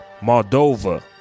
Moldova